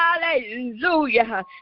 Hallelujah